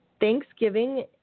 Thanksgiving